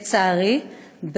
לצערי,